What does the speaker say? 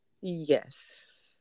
Yes